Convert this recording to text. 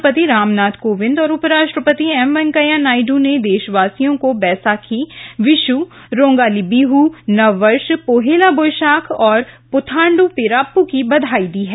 राष्ट्रपति रामनाथ कोविंद और उपराष्ट्रपति एम वेंकैया नायडू ने देशवासियों को बैसाखी विशु रोंगाली बिहु नव वर्ष पोहेला बोयशाख और पुथांडू पिराप्पू की बधाई दी है